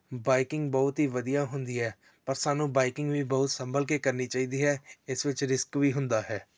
biking ਬਹੁਤ ਹੀ ਵਧੀਆ ਹੁੰਦੀ ਹੈ ਪਰ ਸਾਨੂੰ ਬਾਈਕਿੰਗ ਵੀ ਬਹੁਤ ਸੰਭਲ ਕੇ ਕਰਨੀ ਚਾਹੀਦੀ ਹੈ ਇਸ ਵਿੱਚ ਰਿਸਕ ਵੀ ਹੁੰਦਾ ਹੈ